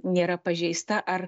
nėra pažeista ar